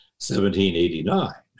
1789